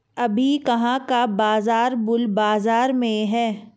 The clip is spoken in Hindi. अभी कहाँ का बाजार बुल बाजार में है?